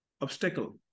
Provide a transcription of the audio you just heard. obstacle